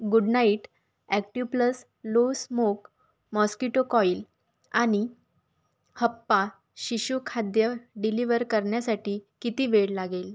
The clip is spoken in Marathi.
good Knight Activ Plus low smoke mosquito coil आणि हप्पा शिशु खाद्य डिलिवर करण्यासाठी किती वेळ लागेल